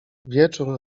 wieczór